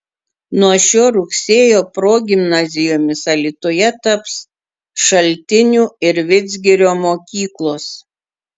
nuo šio rugsėjo progimnazijomis alytuje taps šaltinių ir vidzgirio mokyklos